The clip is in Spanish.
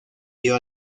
dio